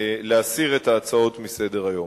להסיר את ההצעות מסדר-היום.